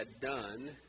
done